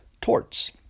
torts